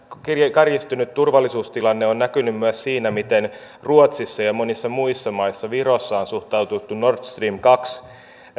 kärjistynyt turvallisuustilanne on näkynyt myös siinä miten ruotsissa ja monissa muissa maissa virossa on suhtauduttu nord stream kaksi